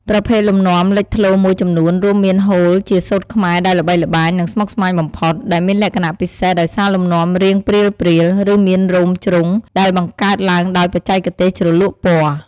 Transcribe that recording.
ប្រភេទលំនាំលេចធ្លោមួយចំនួនរួមមានហូលជាសូត្រខ្មែរដែលល្បីល្បាញ និងស្មុគស្មាញបំផុត ដែលមានលក្ខណៈពិសេសដោយសារលំនាំរាងព្រាលៗ ឬមានរោមជ្រុង ដែលបង្កើតឡើងដោយបច្ចេកទេសជ្រលក់ពណ៌។